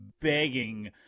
begging